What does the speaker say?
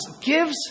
gives